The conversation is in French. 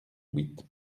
huit